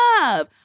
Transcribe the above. love